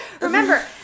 remember